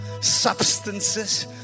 substances